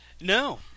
No